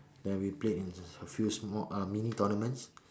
then we played in a few small uh mini tournaments